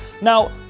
Now